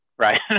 Right